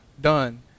done